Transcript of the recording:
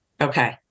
Okay